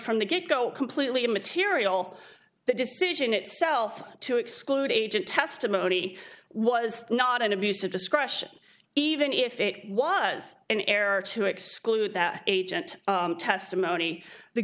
from the get go completely immaterial the decision itself to exclude agent testimony was not an abuse of discretion even if it was an error to exclude that agent testimony the